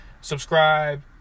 subscribe